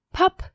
Pop